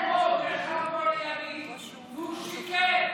הוא ישב פה לידי והוא שיקר.